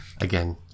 again